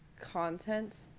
content